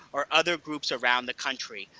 or other groups around the country.